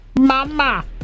Mama